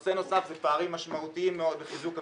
נושא נוסף הוא פערים משמעותיים מאוד בחיזוק המבנים.